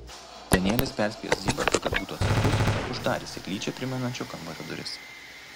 danielis perspėjęs zybartą kad būtų atsargus uždarė seklyčią primenančio kambario duris